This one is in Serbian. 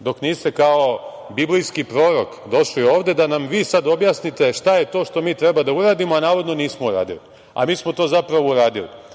dok niste kao biblijski prorok došli ovde da nam vi sada objasnite šta je to što mi treba da uradimo, a navodno nismo uradili, a mi smo to, zapravo, uradili. Naime,